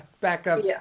backup